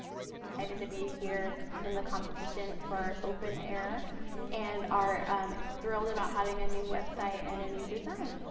i need to be here in the competition for open air and are thrilled about having a new website and a new design